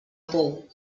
pou